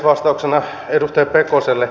vastauksena edustaja pekoselle